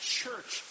church